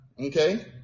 Okay